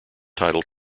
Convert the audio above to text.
title